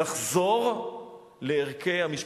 לחזור לערכי המשפחה.